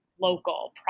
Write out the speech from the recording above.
local